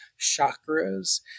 chakras